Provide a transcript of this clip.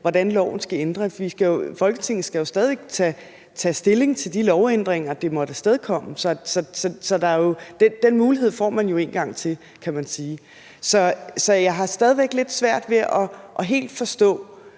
hvordan loven skal ændres. Folketinget skal jo stadig væk tage stilling til de lovændringer, det måtte afstedkomme. Så den mulighed får man jo en gang til, kan man sige. Så jeg har stadig væk lidt svært ved helt at forstå,